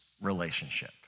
relationship